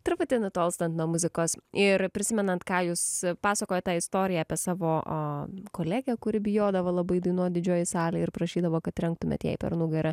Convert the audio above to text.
truputį nutolstant nuo muzikos ir prisimenant ką jūs pasakojot tą istoriją apie savo kolegę kuri bijodavo labai dainuot didžiojoj salėj ir prašydavo kad trenktumėt jai per nugarą